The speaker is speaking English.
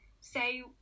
say